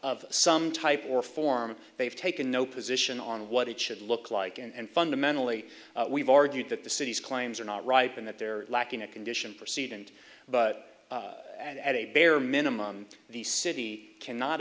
of some type or form they've taken no position on what it should look like and fundamentally we've argued that the city's claims are not ripe and that they're lacking a condition proceed and but at a bare minimum the city cannot